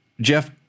Jeff